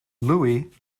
louis